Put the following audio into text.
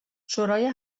شورای